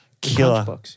Killer